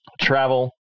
travel